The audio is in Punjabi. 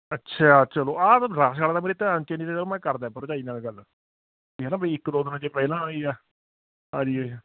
ਅੱਛਾ ਚਲੋ ਆ ਮੇਰੇ ਧਿਆਨ 'ਚ ਨਹੀਂ ਰਿਹਾ ਉਹ ਮੈਂ ਕਰਦਾ ਭਰਜਾਈ ਨਾਲ ਗੱਲ ਵੀ ਹੈ ਨਾ ਬਈ ਇੱਕ ਦੋ ਦਿਨ ਜੇ ਪਹਿਲਾਂ ਆ ਜੀਏ